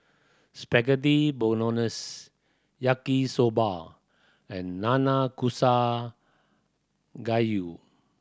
Spaghetti Bolognese Yaki Soba and Nanakusa Gayu